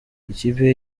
ikipe